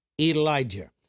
Elijah